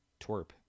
twerp